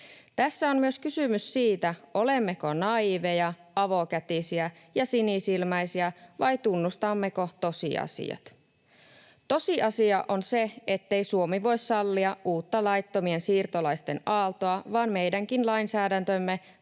Tässä on myös kysymys siitä, olemmeko naiiveja, avokätisiä ja sinisilmäisiä vai tunnustammeko tosiasiat. Tosiasia on se, ettei Suomi voi sallia uutta laittomien siirtolaisten aaltoa, vaan meidänkin lainsäädäntöömme